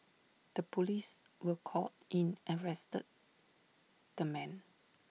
the Police were called in arrested the man